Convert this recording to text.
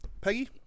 Peggy